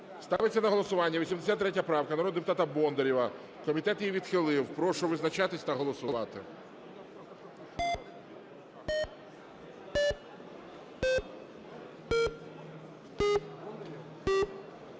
ставиться на голосування 84 правка народного депутата Бондарєва, комітет її відхилив. Прошу визначатися та голосувати.